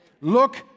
Look